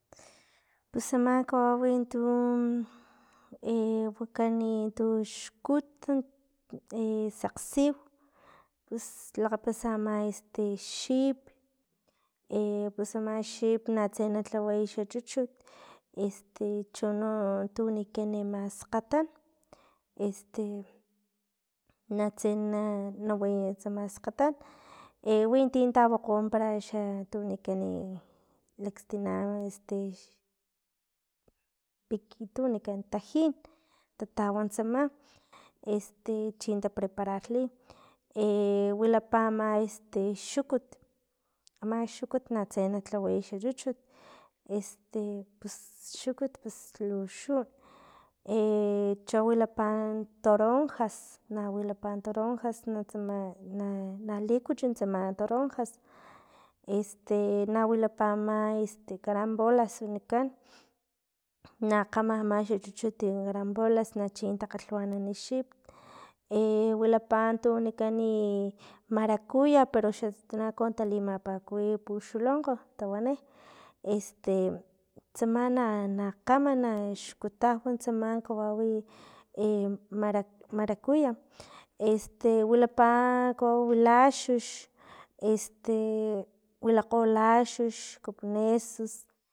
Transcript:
Pus ama kawau tu wakani tuxkut sakgsiw, pus lakgapasa ama este xip pus ama xip natse na lhaway xa chuchut, este chono tuno wanikan ama skgatan, este natse na way tsama skgatan, winti tawokgo para xa tu wanikani lakstina este piki tu wanikan tajin, tatawa tsama, este chin ta prepararli wilapa ama este xukut, ama xukut natse na lhaway xa chuchut este pus xukut pus lu xkut cho wilapa toronjas, na wilapa toronjas tsama na na likuchu tsama toronjas, este na wilapa ama este carambolas, wanikan na kgama ama xa chuchut carambolas na chin takgalhwanan xip wikapa tu wanikani marakuya para xa totonaco talimapakuwi puxulonkgo tawani, este tsama na- na kgama naxkutau tsama kawawi mara- marakuya este wilapa kawawi laxux, wilakgo laxux kapunesus.